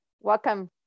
welcome